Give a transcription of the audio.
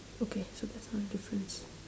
okay so that's one difference